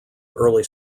early